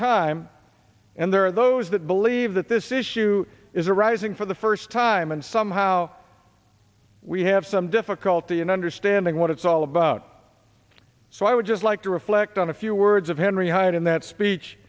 time and there are those that believe that this issue is arising for the first time and somehow we have some difficulty in understanding what it's all about so i would just like to reflect on a few words of henry hyde in that speech